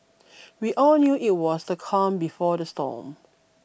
we all knew that it was the calm before the storm